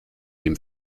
dem